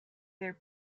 their